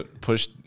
push